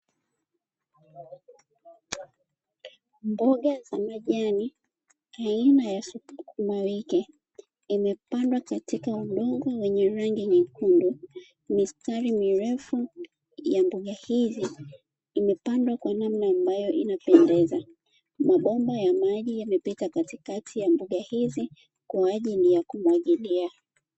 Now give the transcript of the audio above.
Mboga za majani aina ya sukuma wiki imepandwa katika udongo wenye rangi nyekundu, mistari mirefu ya mboga hizi imepandwa kwa namna ambayo inapendeza. Mabomba ya maji yamepita katikati ya mboga hizi kwa ajili ya kumwagilia.